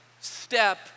step